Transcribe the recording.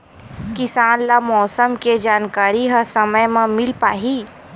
किसान ल मौसम के जानकारी ह समय म मिल पाही?